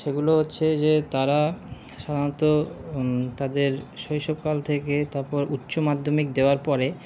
সেগুলো হচ্ছে যে তারা সাধারণত তাদের শৈশবকাল থেকে তারপর উচ্চ মাধ্যমিক দেওয়ার পরে